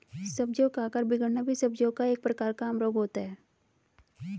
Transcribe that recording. सब्जियों का आकार बिगड़ना भी सब्जियों का एक प्रकार का आम रोग होता है